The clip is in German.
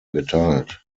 geteilt